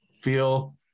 feel